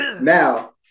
Now